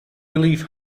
believe